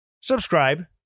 subscribe